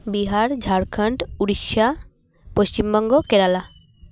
Bihar Jharkhand Odisha Paschim Banga Kerala